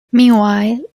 meanwhile